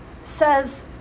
says